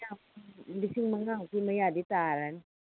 ꯂꯤꯁꯤꯡ ꯃꯉꯥꯃꯨꯛꯀꯤ ꯃꯌꯥꯗꯤ ꯇꯥꯔꯅꯤ